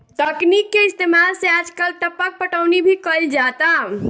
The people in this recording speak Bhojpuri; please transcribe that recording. तकनीक के इस्तेमाल से आजकल टपक पटौनी भी कईल जाता